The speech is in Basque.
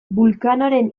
vulcanoren